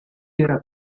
era